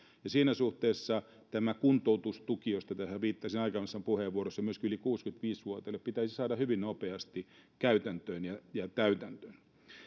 siinä suhteessa tämä kuntoutustuki johon viittasin aiemmassa puheenvuorossani myöskin yli kuusikymmentäviisi vuotiaille pitäisi saada hyvin nopeasti käytäntöön ja ja täytäntöön